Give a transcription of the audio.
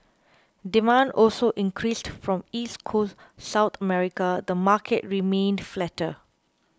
demand also increased from East Coast South America the market remained flatter